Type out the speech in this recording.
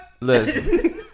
Listen